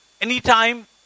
Anytime